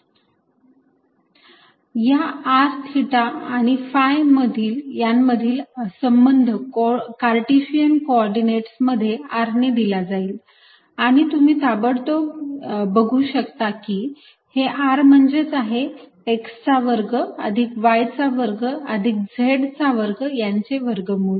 या r theta आणि phi यांमधील संबंध कार्टेशियन कोऑर्डिनेट्स मध्ये r ने दिला जाईल आणि तुम्ही ताबडतोब बघू शकता की हे r म्हणजेच आहे x चा वर्ग अधिक y चा वर्ग अधिक z चा वर्ग यांचे वर्गमूळ